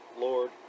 Lord